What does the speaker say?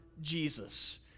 Jesus